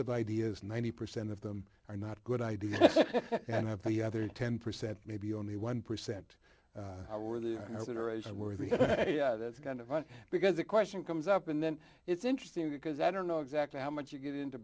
of ideas ninety percent of them are not good ideas and have the other ten percent maybe only one percent were there were three yeah that's kind of funny because the question comes up and then it's interesting because i don't know exactly how much you get into